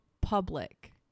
public